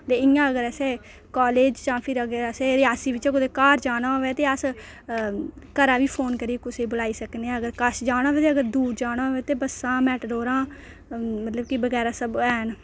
ते इंटया अगर असें कॉलेज़ जां रियासी बिच्चा कुदै घर जाना होऐ ते अस घरा बी फोन करियै कुसैगी बुलाई सकने आं अगर कच्छ जाना होऐ ते अगर दूर जाना होऐ ते बस्सां मेटाडोरां मतलब कि बगैरा सब हैन